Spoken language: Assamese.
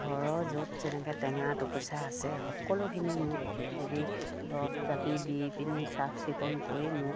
ঘৰৰ য'ত যেনেকে টেঙা থুকুচা আছে সকলোখিনি মোক সেহেঁতি দৰৱ জাতি দি পিনি চাফ চিকুণ কৰি মোক